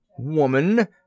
Woman